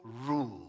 rule